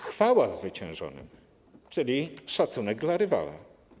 Chwała zwyciężonym, czyli szacunek dla rywala.